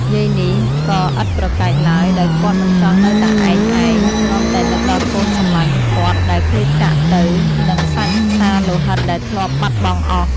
យាយនេះក៏ឥតប្រកែកឡើយ ដោយគាត់មិនចង់នៅតែឯកឯង នាំតែនឹកដល់កូនសំឡាញ់គាត់ដែលឃ្លាតចាកទៅ និងសាច់សាលោហិតដែលធ្លាប់បាត់បង់អស់ ។